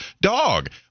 Dog